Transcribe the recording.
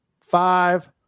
five